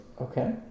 Okay